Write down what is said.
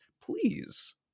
please